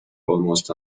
almost